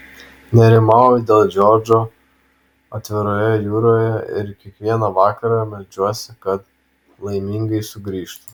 nerimauju dėl džordžo atviroje jūroje ir kiekvieną vakarą meldžiuosi kad laimingai sugrįžtų